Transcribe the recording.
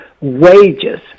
wages